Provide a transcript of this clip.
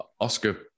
oscar